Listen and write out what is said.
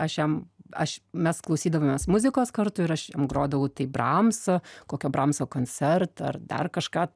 aš jam aš mes klausydavomės muzikos kartu ir aš jam grodavau tai bramso kokio bramso koncertą ar dar kažką